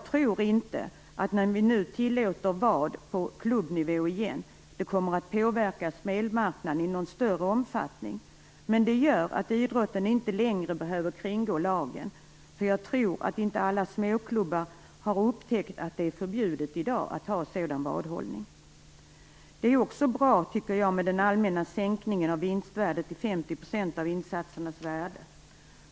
När vi nu tillåter vad på klubbnivå igen tror jag inte att det kommer att påverka spelmarknaden i någon större omfattning, men det gör att idrotten inte längre behöver kringgå lagen - jag tror att inte alla småklubbar har upptäckt att sådan vadhållning i dag är förbjuden. Det är också bra, tycker jag, med den allmänna sänkningen av vinstvärdet till 50 % av insatsernas värde.